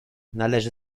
należy